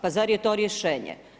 Pa zar je to rješenje?